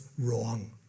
wrong